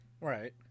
right